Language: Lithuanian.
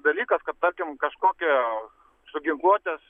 dalykas kad tarkim kažkokio ginkluotės